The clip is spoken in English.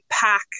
pack